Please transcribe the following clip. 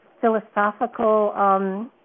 philosophical